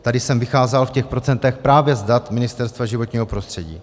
Tady jsem vycházel v těch procentech právě z dat Ministerstva životního prostředí.